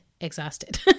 exhausted